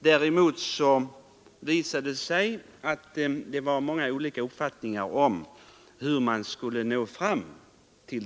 Däremot fanns det många olika uppfattningar om hur man skulle nå det angivna målet.